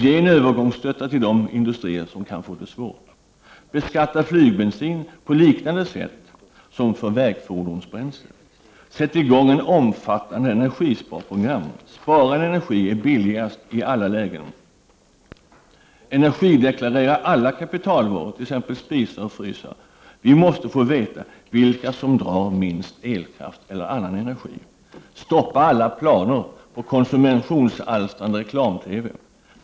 & Ge en övergångsstötta till de industrier som kan få det svårt. 0 Sätt i gång ett omfattande energisparprogram. Sparad energi är billigast i alla lägen. 0 Energideklarera alla kapitalvaror som t.ex. spisar och frysar. Vi måste få veta vilka som drar minst elkraft eller annan energi. Ö Stoppa alla planer på konsumtionsalstrande reklam-TV.